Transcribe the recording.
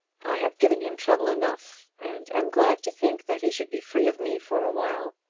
i have given him trouble enough, and am glad to think that he should be free of me for awhile.